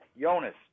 Jonas